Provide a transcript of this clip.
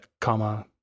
comma